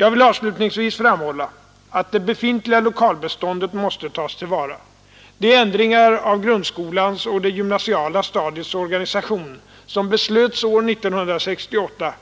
Jag vill avslutningsvis framhålla att det befintliga lokalbeståndet måste tas till vara. De ändringar av grundskolans och det gymnasiala stadiets organisation som beslöts år 1968